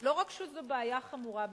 לא רק שזו בעיה חמורה בישראל.